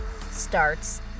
starts